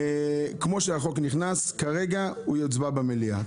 כפי שהחוק נכנס כרגע הוא יוצבע במליאה.